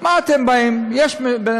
מה אתם באים ואומרים?